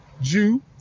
Jew